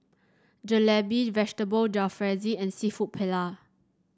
Jalebi Vegetable Jalfrezi and seafood Paella